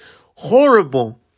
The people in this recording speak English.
Horrible